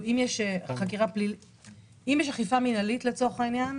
אם יש אכיפה מינהלית לצורך העניין,